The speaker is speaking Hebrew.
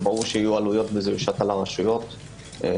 ברור שיהיו עלויות ושזה יושת על הרשויות בשימוש,